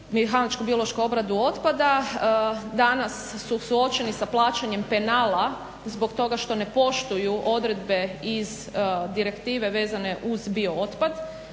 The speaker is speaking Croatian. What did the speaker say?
obradu otpada, danas su suočeni sa plaćanjem penala zbog toga što ne poštuju odredbe iz direktive vezane uz bio otpad.